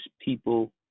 people